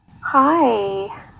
hi